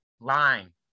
lying